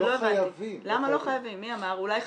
לא הבנתי, למה לא חייבים, מי אמר, אולי חייבים?